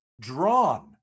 drawn